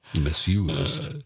misused